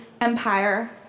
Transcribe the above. empire